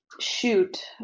shoot